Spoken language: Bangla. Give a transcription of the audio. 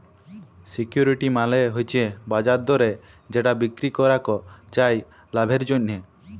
সিকিউরিটি মালে হচ্যে বাজার দরে যেটা বিক্রি করাক যায় লাভের জন্যহে